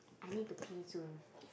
I need to pee soon